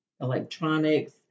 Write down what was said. electronics